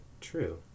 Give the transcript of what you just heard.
true